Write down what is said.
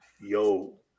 Yo